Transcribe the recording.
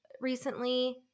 recently